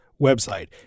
website